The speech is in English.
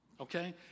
Okay